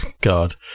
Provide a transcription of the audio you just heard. God